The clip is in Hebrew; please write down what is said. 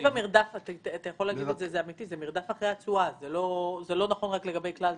המרדף אחרי התשואה לא רק נכון לגבי כלל,